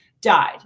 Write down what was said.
died